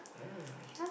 ah